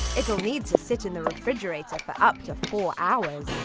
it will need to sit in the refrigerator like for up to four hours!